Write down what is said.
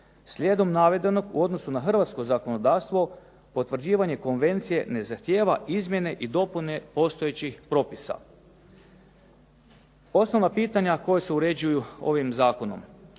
Slijedom navedenog u odnosu na hrvatsko zakonodavstvo potvrđivanje konvencije ne zahtijeva izmjene i dopune postojećih propisa. Osnovna pitanja koja se uređuju ovim zakonom.